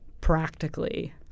practically